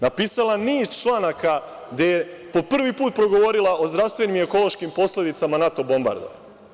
Napisala je niz članaka gde je po prvi put progovorila o zdravstvenim i ekološkim posledicama NATO bombardovanja.